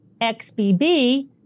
XBB